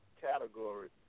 category